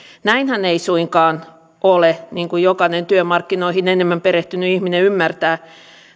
näinhän ei suinkaan ole niin kuin jokainen työmarkkinoihin enemmän perehtynyt ihminen ymmärtää